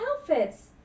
outfits